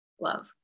love